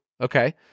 Okay